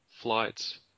flights